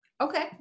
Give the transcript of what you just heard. Okay